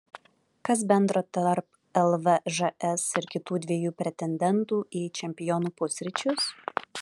kas bendro tarp lvžs ir kitų dviejų pretendentų į čempionų pusryčius